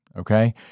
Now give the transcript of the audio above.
Okay